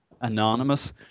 anonymous